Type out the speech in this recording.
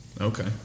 Okay